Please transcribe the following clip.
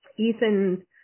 Ethan